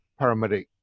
paramedic